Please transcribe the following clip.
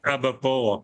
arba po